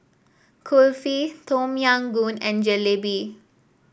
Kulfi Tom Yam Goong and Jalebi